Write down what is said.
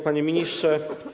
Panie Ministrze!